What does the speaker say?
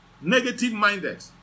Negative-minded